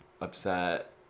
upset